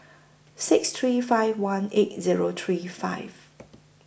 six three five one eight Zero three five